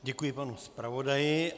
Děkuji panu zpravodaji.